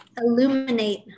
illuminate